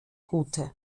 gute